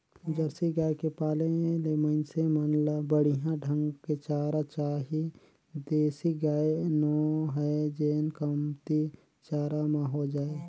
Jersey गाय के पाले ले मइनसे मन ल बड़िहा ढंग के चारा चाही देसी गाय नो हय जेन कमती चारा म हो जाय